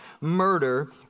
murder